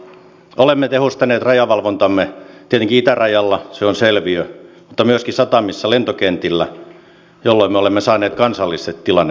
olemme tietenkin tehostaneet rajavalvontaamme itärajalla se on selviö mutta myöskin satamissa lentokentillä jolloin me olemme saaneet kansallisesti tilannetta hallintaan